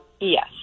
Yes